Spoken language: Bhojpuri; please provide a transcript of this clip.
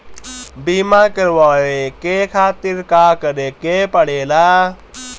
बीमा करेवाए के खातिर का करे के पड़ेला?